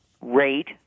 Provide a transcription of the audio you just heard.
rate